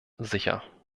sicher